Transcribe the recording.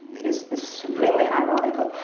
is supremely ironical.